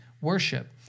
worship